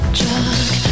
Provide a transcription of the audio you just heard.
drug